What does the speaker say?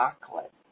chocolate